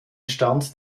stand